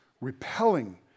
repelling